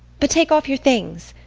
but take off your things.